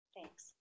Thanks